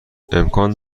امکان